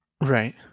Right